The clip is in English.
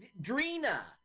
Drina